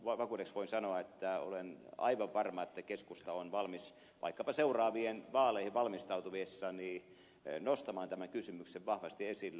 varmemmaksi vakuudeksi voin sanoa että olen aivan varma että keskusta on valmis vaikkapa seuraaviin vaaleihin valmistautuessaan nostamaan tämän kysymyksen vahvasti esille